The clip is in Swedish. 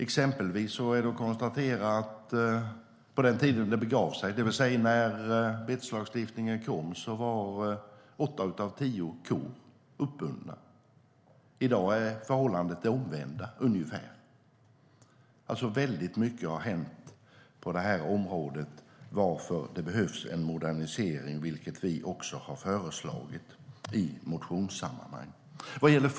Exempelvis är det att konstatera att på den tiden det begav sig, det vill säga när beteslagstiftningen kom, var åtta av tio kor uppbundna. I dag är förhållandet ungefär det omvända. Väldigt mycket har alltså hänt på det här området, varför det behövs en modernisering, vilket vi också har föreslagit i motioner.